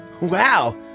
Wow